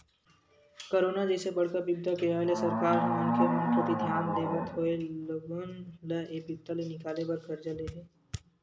corona जइसे बड़का बिपदा के आय ले सरकार ह मनखे मन कोती धियान देवत होय लोगन ल ऐ बिपदा ले निकाले बर करजा ले हे